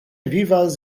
vivas